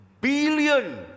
billion